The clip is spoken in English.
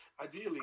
ideally